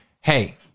Hey